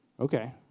Okay